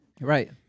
Right